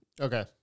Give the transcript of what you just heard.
Okay